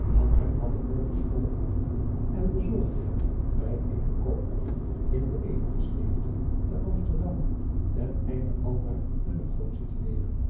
nam hem van de hoogeschool af en bezorgde hem bij eenen koopman in edelgesteenten te amsterdam ten einde aldaar de negotie te leeren